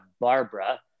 Barbara